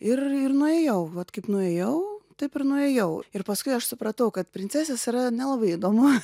ir ir nuėjau vat kaip nuėjau taip ir nuėjau ir paskui aš supratau kad princeses yra nelabai įdomu